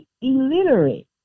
illiterate